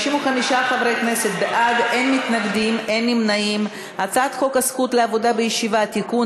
להעביר את הצעת חוק הזכות לעבודה בישיבה (תיקון,